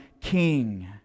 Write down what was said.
King